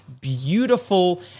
beautiful